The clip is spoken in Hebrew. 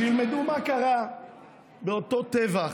שילמדו מה קרה באותו טבח.